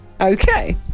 Okay